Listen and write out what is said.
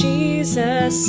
Jesus